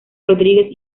rodríguez